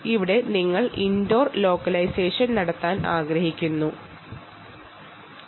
ഇവിടെ ഞങ്ങൾ indoor localisation ചെയ്യാൻ പോകുകയാണ്